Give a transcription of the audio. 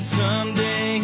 someday